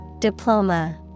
Diploma